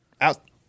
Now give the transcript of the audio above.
out